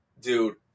Dude